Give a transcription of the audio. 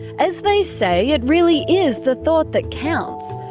as they say, it really is the thought that counts,